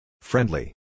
Friendly